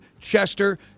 Chester